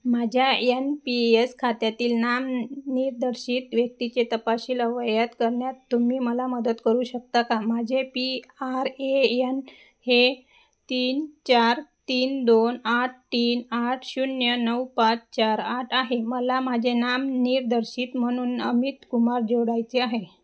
माझ्या N P S खात्यातील नामनिर्देर्शित व्यक्तीचे तपशील अवयात करण्यात तुम्ही मला मदत करू शकता का माझे पी आर ए यन हे तीन चार तीन दोन आठ तीन आठ शून्य नऊ पाच चार आठ आहे मला माझे नामनिर्देर्शित म्हणून अमित कुमार जोडायचे आहे